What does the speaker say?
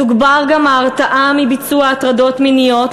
תוגבר גם ההרתעה מביצוע הטרדות מיניות,